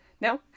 no